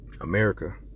America